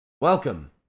Welcome